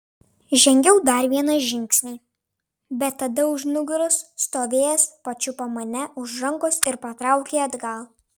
žengiau dar vieną žingsnį bet tada už nugaros stovėjęs pačiupo mane už rankos ir patraukė atgal